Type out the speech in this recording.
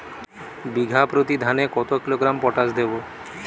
বিঘাপ্রতি ধানে কত কিলোগ্রাম পটাশ দেবো?